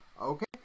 Okay